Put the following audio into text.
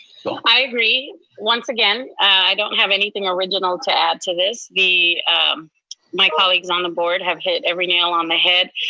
so i agree, once again, i don't have anything original to add to this. my colleagues on the board have hit every nail on the head.